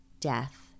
death